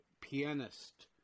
pianist